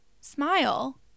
smile